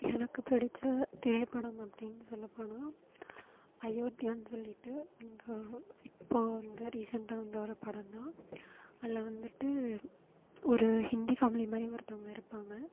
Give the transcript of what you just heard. எனக்கு பிடித்த திரைப்படம் அப்படின்னு சொல்லப் போனால் அயோத்தியான் சொல்லிட்டு இந்த இப்போது வந்து ரீசண்ட்டாக வந்த ஒரு படம் தான் அதில் வந்துட்டு ஒரு ஹிந்தி ஃபேமிலி மாதிரி ஒருத்தவங்க இருப்பாங்கள்